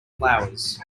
flowers